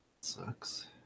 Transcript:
Sucks